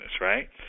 right